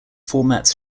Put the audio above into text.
formats